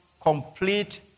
complete